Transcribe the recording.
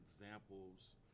examples